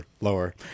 lower